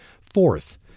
Fourth